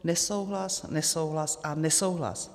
Nesouhlas, nesouhlas a nesouhlas.